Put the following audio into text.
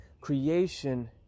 Creation